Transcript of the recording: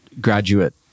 graduate